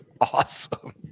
awesome